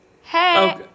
Hey